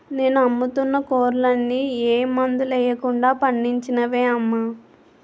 నేను అమ్ముతున్న కూరలన్నీ ఏ మందులెయ్యకుండా పండించినవే అమ్మా